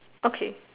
okay